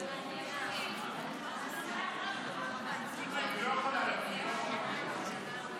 הצעת חוק עובדים זרים של חברת הכנסת שרן מרים השכל.